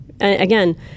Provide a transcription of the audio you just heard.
again